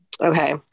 Okay